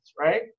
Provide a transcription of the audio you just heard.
right